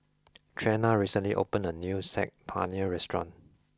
Trena recently opened a new Saag Paneer restaurant